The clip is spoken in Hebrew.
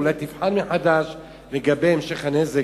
אולי תבחן מחדש את המשך הנזק,